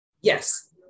Yes